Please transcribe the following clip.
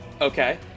Okay